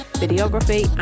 videography